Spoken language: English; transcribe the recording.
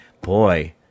Boy